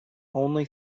only